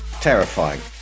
Terrifying